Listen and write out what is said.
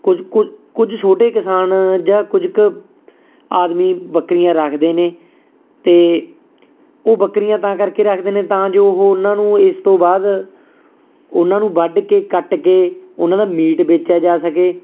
ਕੁਝ ਕੁ ਕੁਝ ਛੋਟੇ ਕਿਸਾਨ ਜਾਂ ਕੁਝ ਕੁ ਆਦਮੀ ਬੱਕਰੀਆਂ ਰੱਖਦੇ ਨੇ ਅਤੇ ਉਹ ਬੱਕਰੀਆਂ ਤਾਂ ਕਰਕੇ ਰੱਖਦੇ ਨੇ ਤਾਂ ਜੋ ਉਹ ਉਹਨਾਂ ਨੂੰ ਇਸ ਤੋਂ ਬਾਅਦ ਉਹਨਾਂ ਨੂੰ ਵੱਢ ਕੇ ਕੱਟ ਕੇ ਉਹਨਾਂ ਦਾ ਮੀਟ ਵੇਚਿਆ ਜਾ ਸਕੇ